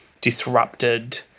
disrupted